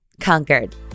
conquered